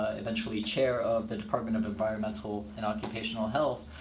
eventually, chair of the department of environmental and occupational health.